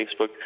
Facebook